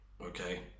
okay